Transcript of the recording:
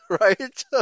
right